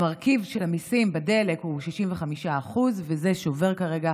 המרכיב של המיסים בדלק הוא 65%, וזה שובר כרגע